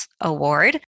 Award